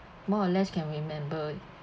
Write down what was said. more or less can remember